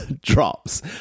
drops